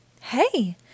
Hey